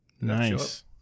Nice